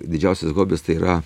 didžiausias hobis tai yra